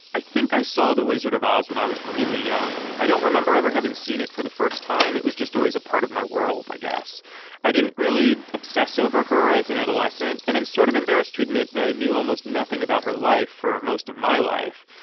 i think i saw the wizard of oz when i was really young. i don't remember ever having seen it for the first time. it was just always a part of my world i guess i didn't really obsess over her as an adolescent. and i'm sort of embarrassed to admit that i knew almost nothing about her life for most of my life.